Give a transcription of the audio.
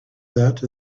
that